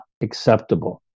acceptable